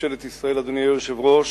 ממשלת ישראל, אדוני היושב-ראש,